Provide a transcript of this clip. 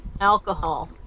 alcohol